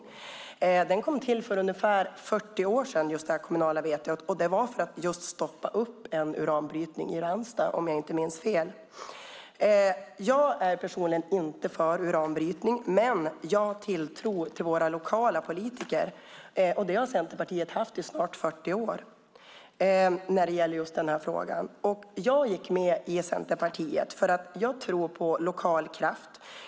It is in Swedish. Det kommunala vetot kom till för ungefär 40 år sedan, och det gjordes för att stoppa en uranbrytning i Ranstad - om jag inte minns fel. Jag är personligen inte för uranbrytning. Men jag har en tilltro till våra lokala politiker. Det har Centerpartiet haft i snart 40 år när det gäller just denna fråga. Jag gick med i Centerpartiet därför att jag tror på lokal kraft.